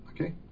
okay